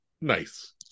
Nice